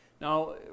Now